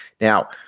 now